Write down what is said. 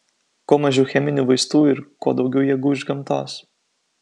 kuo mažiau cheminių vaistų ir kuo daugiau jėgų iš gamtos